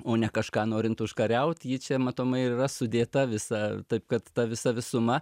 o ne kažką norint užkariaut ji čia matomai ir yra sudėta visa taip kad ta visa visuma